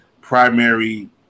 primary